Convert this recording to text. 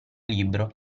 libro